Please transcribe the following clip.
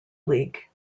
league